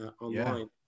online